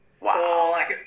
wow